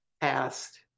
past